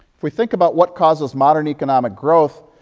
we think about what causes modern economic growth,